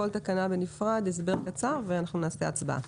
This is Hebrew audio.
תקראו כל תקנה בנפרד, תנו הסבר קצר ונקיים הצבעה.